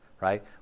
right